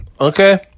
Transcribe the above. okay